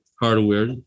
hardware